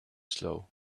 slow